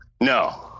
no